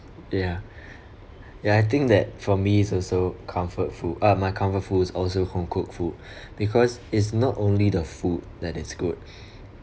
ya I think that for me is also comfort food uh my comfort food is also home cooked food because it's not only the food that is good